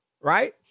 right